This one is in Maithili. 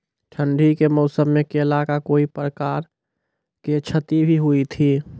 ठंडी के मौसम मे केला का कोई प्रकार के क्षति भी हुई थी?